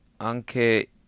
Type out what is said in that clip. Anche